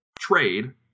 trade